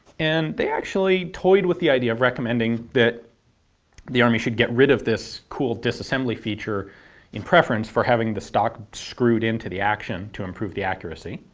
and they actually toyed with the idea of recommending that the army should get rid of this cool disassembly feature in preference for having the stock screwed into the action to improve the accuracy.